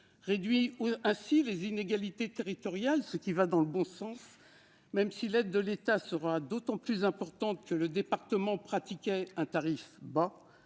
réduit ainsi les inégalités territoriales, ce qui va dans le bon sens, même si son aide sera d'autant plus importante que le département pratiquait un tarif bas,